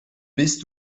bist